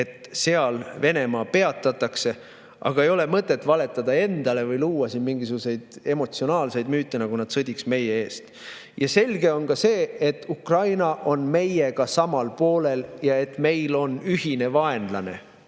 et seal Venemaa peatatakse, aga ei ole mõtet valetada endale või luua mingisuguseid emotsionaalseid müüte, nagu nad sõdiksid meie eest. Selge on ka see, et Ukraina on meiega samal poolel ja et meil on ühine vaenlane,